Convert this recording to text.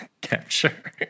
capture